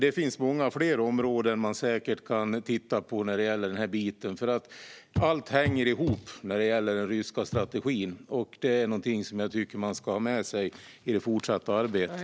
Det finns många fler områden som man säkert kan titta på när det gäller den här biten. Allt hänger ihop när det gäller den ryska strategin, och det är någonting som jag tycker att man ska ha med sig i det fortsatta arbetet.